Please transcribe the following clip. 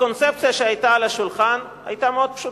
הקונספציה שהיתה על השולחן היתה מאוד פשוטה: